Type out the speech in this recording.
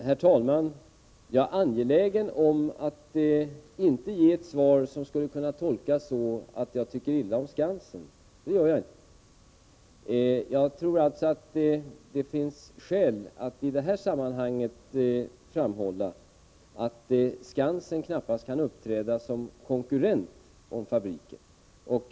Herr talman! Jag är angelägen om att inte ge ett svar som skulle kunna tolkas så att jag tycker illa om Skansen, för det gör jag inte. Det finns skäl att i detta sammanhang framhålla att Skansen knappast kan uppträda som konkurrent om fabriken.